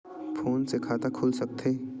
Phone से खाता खुल सकथे?